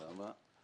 נכון.